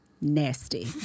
nasty